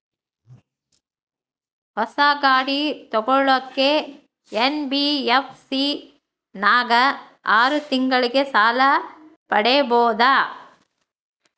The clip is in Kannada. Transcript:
ಹೊಸ ಗಾಡಿ ತೋಗೊಳಕ್ಕೆ ಎನ್.ಬಿ.ಎಫ್.ಸಿ ನಾಗ ಆರು ತಿಂಗಳಿಗೆ ಸಾಲ ಪಡೇಬೋದ?